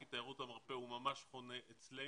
כי תיירות המרפא ממש חונה אצלנו.